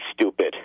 stupid